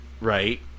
right